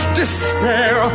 despair